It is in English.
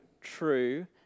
true